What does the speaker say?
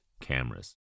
cameras